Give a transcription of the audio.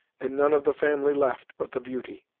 and none of the family left, but the beauty!